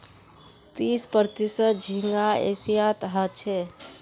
तीस प्रतिशत झींगा एशियात ह छे